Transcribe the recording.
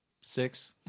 Six